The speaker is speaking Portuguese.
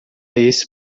esse